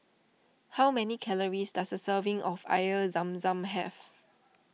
how many calories does a serving of Air Zam Zam have